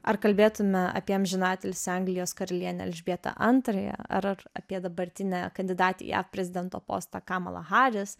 ar kalbėtume apie amžiną atilsį anglijos karalienę elžbietą antrąją ar ar apie dabartinę kandidatę į jav prezidento postą kamalą haris